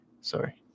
sorry